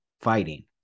fighting